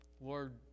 Lord